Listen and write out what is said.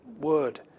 word